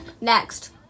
next